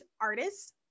artists